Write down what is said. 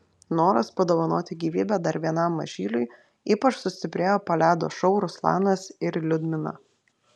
noras padovanoti gyvybę dar vienam mažyliui ypač sustiprėjo po ledo šou ruslanas ir liudmila